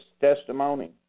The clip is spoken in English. testimony